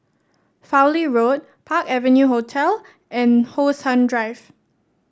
Fowlie Road Park Avenue Hotel and How Sun Drive